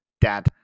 Dad